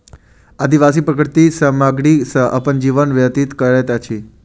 आदिवासी प्राकृतिक सामग्री सॅ अपन जीवन व्यतीत करैत अछि